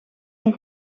een